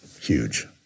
huge